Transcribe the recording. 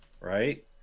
Right